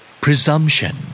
Presumption